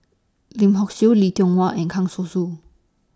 Lim Hock Siew Lee Tiong Wah and Kang Siong Soon